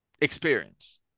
experience